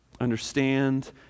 Understand